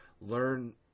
learn